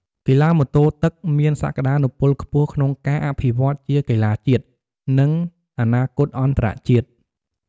កីឡាម៉ូតូទឹកមានសក្តានុពលខ្ពស់ក្នុងការអភិវឌ្ឍជាកីឡាជាតិ និងអនាគតអន្តរជាតិ។